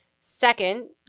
Second